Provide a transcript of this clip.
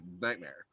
nightmare